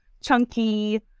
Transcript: chunky